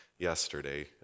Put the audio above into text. yesterday